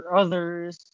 others